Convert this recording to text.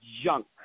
junk